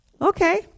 Okay